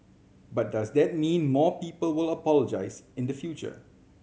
but does that mean more people will apologise in the future